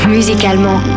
Musicalement